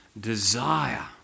desire